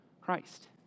Christ